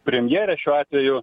premjerę šiuo atveju